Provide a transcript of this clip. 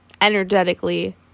energetically